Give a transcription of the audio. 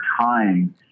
time